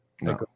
No